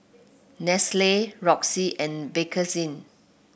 Nestle Roxy and Bakerzin